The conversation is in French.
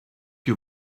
que